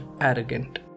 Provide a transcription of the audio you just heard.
arrogant